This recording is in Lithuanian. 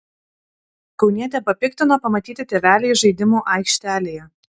kaunietę papiktino pamatyti tėveliai žaidimų aikštelėje